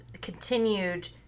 continued